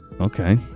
Okay